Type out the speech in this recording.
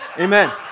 Amen